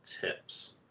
tips